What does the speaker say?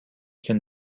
can